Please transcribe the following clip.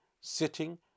sitting